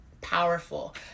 powerful